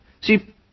See